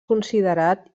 considerat